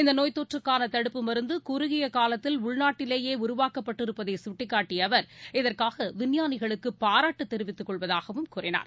இந்தநோய்த் தொற்றுக்கானதடுப்பு மருந்துகுறுகியகாலத்தில் உள்நாட்டிலேயே உருவாக்கப்பட்டிருப்பதைசுட்டிக்காட்டியஅவர் இதற்காகவிஞ்ஞானிகளுக்குபாராட்டுதெரிவித்துக் கொள்வதாகவும் கூறினார்